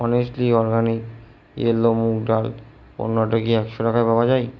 honestly organic yellow moong dal পণ্যটা কি একশো টাকায় পাওয়া যায়